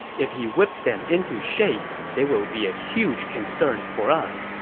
if he whips them into shape, they will be a huge concern for us.